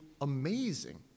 amazing